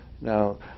Now